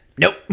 nope